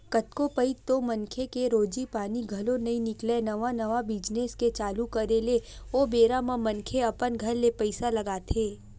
कतको पइत तो मनखे के रोजी पानी घलो नइ निकलय नवा नवा बिजनेस के चालू करे ले ओ बेरा म मनखे अपन घर ले पइसा लगाथे